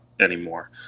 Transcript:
anymore